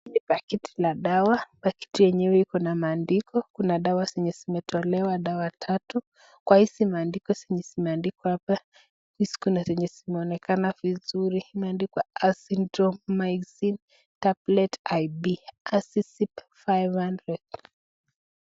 Hii ni pakiti ya dawa. Pakiti yenyewe iko na maandiko. Kuna dawa zenye zimetolewa dawa tatu. Kwa hizi maandiko zenye zimeandikwa hapa kuna zenye zinaonekana vizuri. Imeandikwa Azithromycin Tablets Ip Azicip-500 .